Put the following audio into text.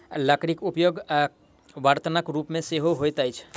लकड़ीक उपयोग बर्तनक रूप मे सेहो होइत अछि